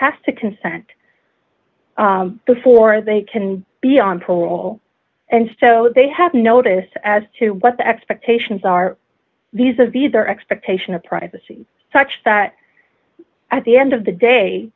has to consent before they can be on parole and so they have notice as to what the expectations are these is the their expectation of privacy such that at the end of the day